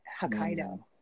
Hokkaido